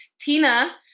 Tina